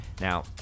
Now